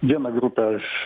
vieną grupę aš